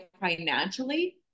financially